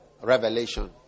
revelation